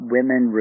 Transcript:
Women